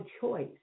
choice